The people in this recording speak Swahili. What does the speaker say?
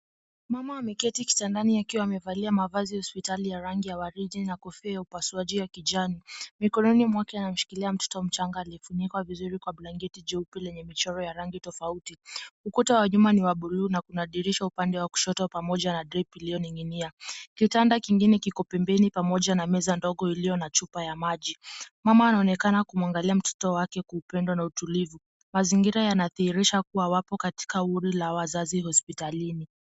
Mama ameketi kitandani akiwa amevalia mavazi ya hospitali ya rangi ya waridi na kofia ya upasuaji ya kijani, mikononi mwake anamshikilia mtoto mchanaga aliye funikewa vizuri kwa blanketi jeupe lenye michoro ya rangi tofauti, ukuta wa nyumba ni wa buluu na kuna dirisha upande wa kushoto pamoja na tepu iliyo ninginia, kitanda kingine kiko pembeni pamoja na meza ndogo iliyo na chupa ya maji, mama anaonekana kumwanaglia mtoro wake kwa upendo na utulivu, mazingira yana dihirisha kuwa wako katika huli la wazazi hospitalini.